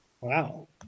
Wow